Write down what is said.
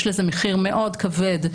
יש לזה מחיר מאוד כבד.